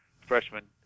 freshman